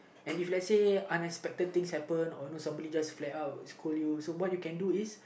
and if let's say unexpected things happen or you know somebody just flare out and scold you so what you can do is